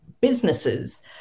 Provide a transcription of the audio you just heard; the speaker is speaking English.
businesses